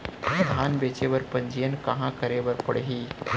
धान बेचे बर पंजीयन कहाँ करे बर पड़ही?